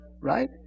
Right